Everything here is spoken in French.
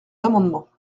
amendements